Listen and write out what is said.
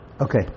Okay